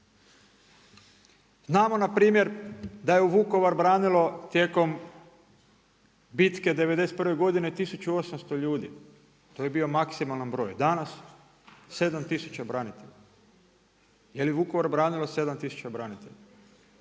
Znamo npr. da je Vukovar branilo tijekom bitke '91. godine 1800 ljudi, to je bio maksimalan broj, danas 7 tisuća branitelja. Je li Vukovar branilo 7 tisuća branitelja?